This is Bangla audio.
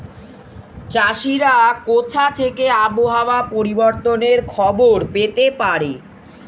চাষিরা কোথা থেকে আবহাওয়া পরিবর্তনের খবর পেতে পারে?